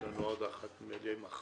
יש לנו עוד אחת נדמה לי מחר